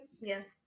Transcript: Yes